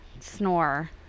snore